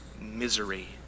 misery